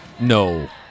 No